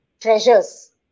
treasures